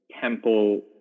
temple